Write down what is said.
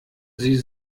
sie